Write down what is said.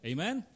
Amen